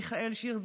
מיכאל שיר,